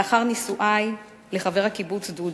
לאחר נישואי לחבר הקיבוץ דודי.